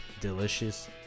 delicious